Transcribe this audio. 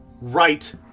Right